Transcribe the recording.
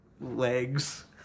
legs